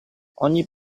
ogni